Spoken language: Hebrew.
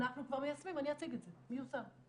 אנחנו כבר מיישמים, אני אציג את זה, מיושם.